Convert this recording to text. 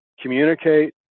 communicate